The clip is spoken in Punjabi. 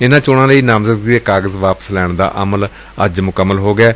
ਇਨ੍ਹਾਂ ਚੋਣਾਂ ਲਈ ਨਾਮਜ਼ਦਗੀ ਦੇ ਕਾਗਜ਼ ਵਾਪਸ ਲੈਣ ਦਾ ਅਮਲ ਅੱਜ ਮੁਕੰਮਲ ਹੋ ਗਿਐ